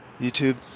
YouTube